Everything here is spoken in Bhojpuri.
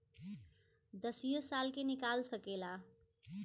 दसियो साल के निकाल सकेला